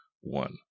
one